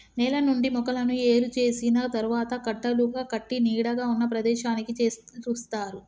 నేల నుండి మొక్కలను ఏరు చేసిన తరువాత కట్టలుగా కట్టి నీడగా ఉన్న ప్రదేశానికి చేరుస్తారు